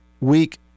week